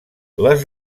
les